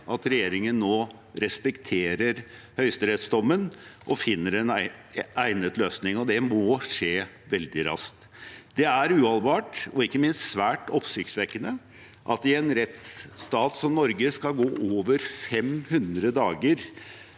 at regjeringen nå respekterer høyesterettsdommen og finner en egnet løsning – og det må skje veldig raskt. Det er uholdbart og ikke minst svært oppsiktsvekkende at det i en rettsstat som Norge skal gå over 500 dager